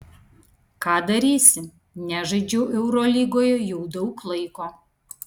ką darysi nežaidžiau eurolygoje jau daug laiko